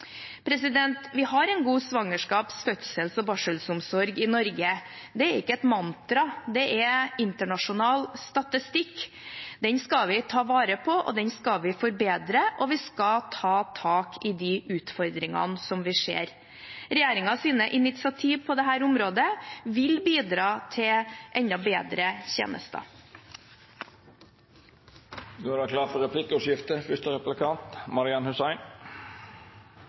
Vi har en god svangerskaps-, fødsels- og barselomsorg i Norge, og det er ikke et mantra, det er internasjonal statistikk. Den skal vi ta vare på, den skal vi forbedre, og vi skal ta tak i de utfordringene som vi ser. Regjeringens initiativ på dette området vil bidra til enda bedre tjenester. Det vert replikkordskifte. Til tross for